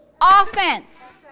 Offense